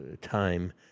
time